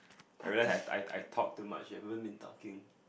I realise I I've talk too much you haven been talking